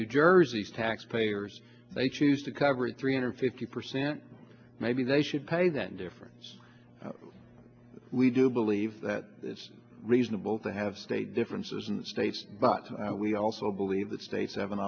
new jersey's taxpayers they choose to cover it three hundred fifty percent maybe they should pay that difference we do believe that it's reasonable to have state differences in the states but we also believe the states have an